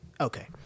Okay